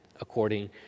according